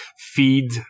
feed